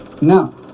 Now